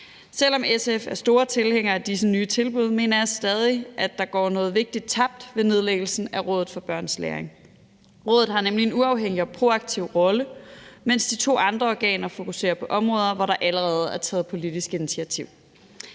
Selv om SF er store tilhængere af disse nye tilbud, mener jeg stadig, at der går noget vigtigt tabt ved nedlæggelsen af Rådet for Børns Læring. Rådet har nemlig en uafhængig og proaktiv rolle, mens de to andre organer fokuserer på områder, hvor der allerede er taget politisk initiativ.